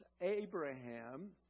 Abraham